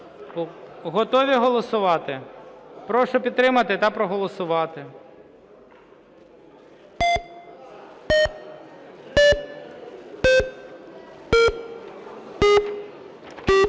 Готові голосувати? Прошу підтримати та проголосувати.